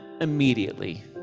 immediately